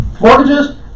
mortgages